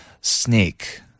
snake